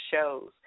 shows